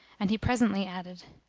and he presently added,